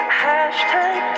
hashtag